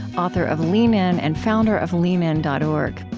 author of lean in and founder of leanin dot org.